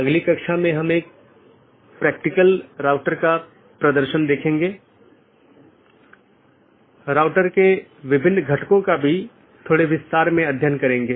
अब हम TCP IP model पर अन्य परतों को देखेंगे